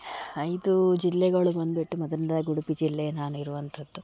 ಐದೂ ಜಿಲ್ಲೆಗಳು ಬಂದ್ಬಿಟ್ಟು ಮೊದಲ್ನೆದಾಗಿ ಉಡುಪಿ ಜಿಲ್ಲೆ ನಾನಿರುವಂಥದ್ದು